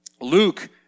Luke